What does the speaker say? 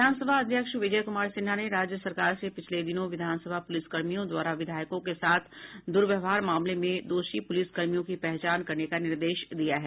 विधानसभा अध्यक्ष विजय कुमार सिन्हा ने राज्य सरकार से पिछले दिनों विधानसभा पुलिस कर्मियों द्वारा विधायकों के साथ दुर्व्यवहार मामले में दोषी पुलिस कर्मियों की पहचान करने का निर्देश दिया है